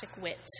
wit